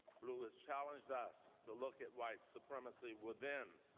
bluu has challenged us to look at white supremacy within.